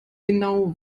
genau